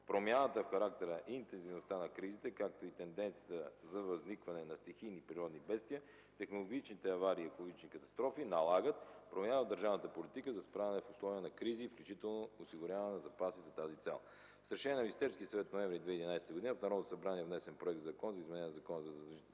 Промяната в характера и интензивността на кризите, както и тенденцията за възникване на стихийни природни бедствия, технологичните аварии и екологичните катастрофи налагат промяна в държавната политика за справяне в условия на кризи, включително осигуряване на запаси за тази цел. С Решение на Министерския съвет от месец ноември 2011 г. в Народното събрание е внесен Законопроект за изменение на Закона за задължителните